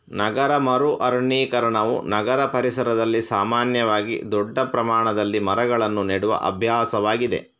ನಗರ ಮರು ಅರಣ್ಯೀಕರಣವು ನಗರ ಪರಿಸರದಲ್ಲಿ ಸಾಮಾನ್ಯವಾಗಿ ದೊಡ್ಡ ಪ್ರಮಾಣದಲ್ಲಿ ಮರಗಳನ್ನು ನೆಡುವ ಅಭ್ಯಾಸವಾಗಿದೆ